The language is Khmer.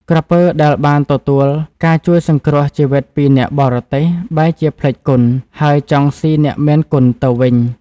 ក្រពើដែលបានទទួលការជួយសង្គ្រោះជីវិតពីអ្នកបរទេះ បែរជាភ្លេចគុណ ហើយចង់ស៊ីអ្នកមានគុណទៅវិញ។